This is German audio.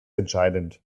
entscheidend